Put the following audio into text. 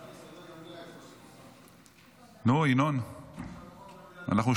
סעיפים 1 6